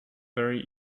very